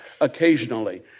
occasionally